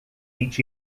each